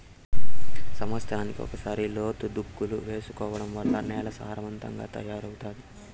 సమత్సరానికి ఒకసారి లోతు దుక్కులను చేసుకోవడం వల్ల నేల సారవంతంగా తయారవుతాది